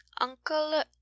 Uncle